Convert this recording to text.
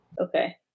Okay